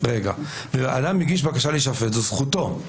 אדם שמגיש בקשה להישפט, זו זכותו.